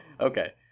Okay